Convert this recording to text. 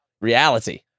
reality